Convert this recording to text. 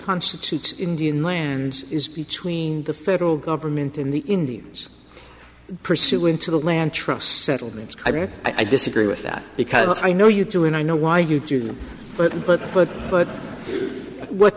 constitutes indian lands is between the federal government and the indians pursuant to the land trust settlement i disagree with that because i know you do and i know why you do that but but but but what